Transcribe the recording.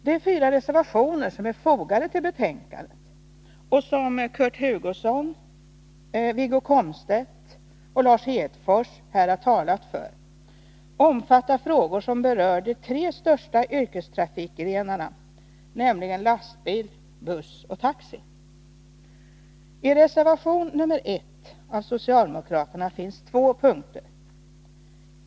De fyra reservationer som är fogade till betänkandet och som Kurt Hugosson, Wiggo Komstedt och Lars Hedfors här har talat för omfattar frågor, som berör de tre största yrkestrafikgrenarna, nämligen lastbil, buss och taxi. Reservation nr 1 av socialdemokraterna omfattar två punkter.